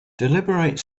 deliberate